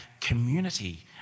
community